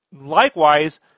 Likewise